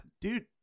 dude